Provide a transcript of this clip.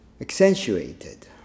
accentuated